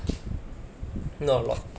not a lot